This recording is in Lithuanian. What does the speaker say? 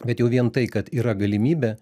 bet jau vien tai kad yra galimybė